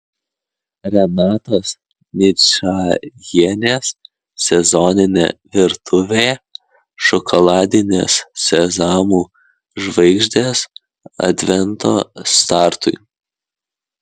renatos ničajienės sezoninė virtuvė šokoladinės sezamų žvaigždės advento startui